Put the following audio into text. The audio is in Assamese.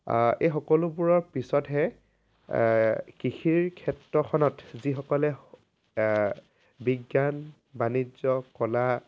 এই সকলোবোৰৰ পিছতহে কৃষিৰ ক্ষেত্ৰখনত যিসকলে বিজ্ঞান বাণিজ্য কলা